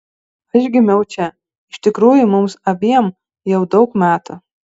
aš gimiau čia iš tikrųjų mums abiem jau daug metų